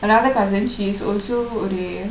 another cousin she's also ஒறு:oru